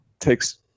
Takes